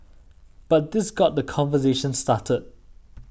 but this got the conversation started